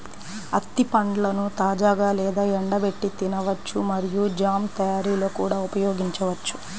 అత్తి పండ్లను తాజాగా లేదా ఎండబెట్టి తినవచ్చు మరియు జామ్ తయారీలో కూడా ఉపయోగించవచ్చు